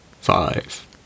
Five